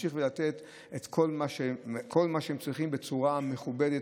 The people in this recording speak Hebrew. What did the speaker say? להמשיך ולתת את כל מה שהם צריכים בצורה מכובדת,